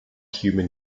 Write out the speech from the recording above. human